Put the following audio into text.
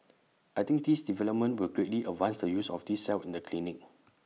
I think this development will greatly advance the use of these cells in the clinic